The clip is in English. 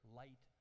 light